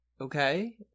okay